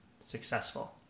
successful